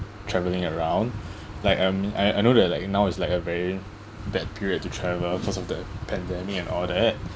travelling around like I'm I I know that like now is like a very bad period to travel cause of the pandemic and all that